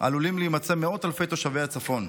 עלולים להימצא מאות אלפי תושבי הצפון.